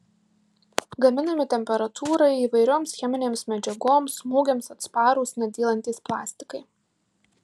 gaminami temperatūrai įvairioms cheminėms medžiagoms smūgiams atsparūs nedylantys plastikai